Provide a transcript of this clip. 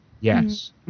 Yes